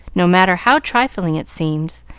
no matter how trifling it seems,